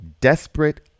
desperate